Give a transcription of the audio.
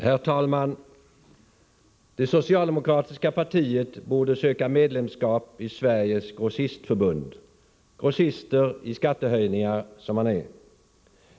Herr talman! Det socialdemokratiska partiet borde söka medlemskap i Sveriges grossistförbund, grossist i skattehöjningar som man är.